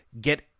get